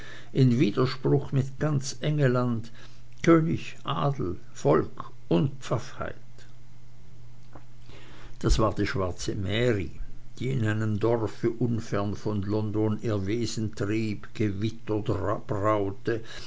in widerspruch mit ganz engelland könig adel volk und pfaffheit das war die schwarze mary die in einem dorfe unfern von london ihr wesen trieb